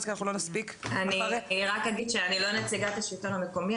אני רק אגיד שאני לא נציגת השלטון המקומי,